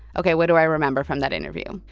ok, what do i remember from that interview?